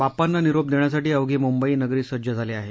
बाप्पांना निरोप देण्यासाठी अवघी मुंबई नगरी सज्ज झाली आहे